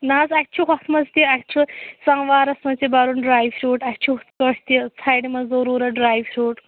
نا حظ اَسہِ چھُ ہُتھ منٛز تہِ اَسہِ چھُ سماوارَس منٛز تہِ بَرُن ڈرٛے فرٛوٗٹ اَسہِ چھُ ہُتھٕ پٲٹھۍ تہِ ژڈِ منٛز ضروٗرَت ڈرٛے فرٛوٗٹ